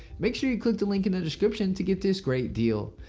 make sure you click the link in the description to get this great deal.